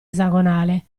esagonale